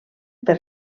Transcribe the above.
per